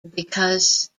because